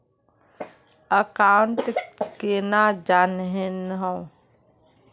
Account केना जाननेहव?